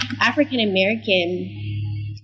african-american